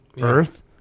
Earth